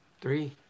Three